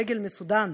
ברגל מסודאן,